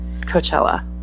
Coachella